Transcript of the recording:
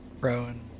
Rowan